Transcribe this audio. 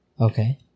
Okay